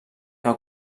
que